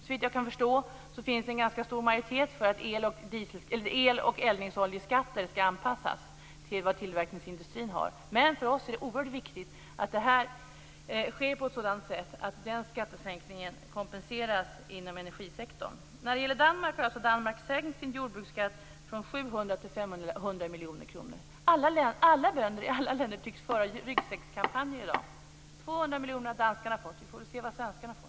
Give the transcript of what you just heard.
Såvitt jag kan förstå finns det en ganska stor majoritet för att el och eldningsoljeskatten skall anpassas till den nivå som gäller för tillverkningsindustrin, men för oss är det oerhört viktigt att detta sker på ett sådant sätt att skattesänkningen kompenseras inom energisektorn. miljoner till 500 miljoner kronor. I dag tycks bönderna i alla länder föra ryggsäckskampanjer. Danskarna har fått 200 miljoner. Vi får väl se vad svenskarna får.